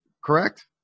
correct